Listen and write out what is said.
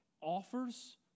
offers